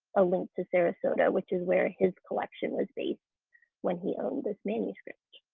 a link to sarasota which is where his collection was based when he owned this manuscript.